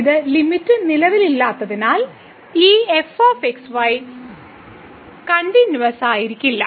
ഈ ലിമിറ്റ് നിലവിലില്ലാത്തതിനാൽ ഈ f x y കണ്ടിന്യൂവസ്സായിരിക്കില്ല